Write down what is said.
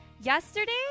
Yesterday